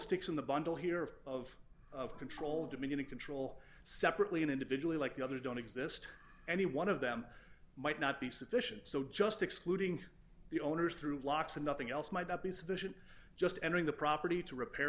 stakes in the bundle here of of of control dominion and control separately an individual like the others don't exist any one of them might not be sufficient so just excluding the owners through locks and nothing else might not be sufficient just entering the property to repair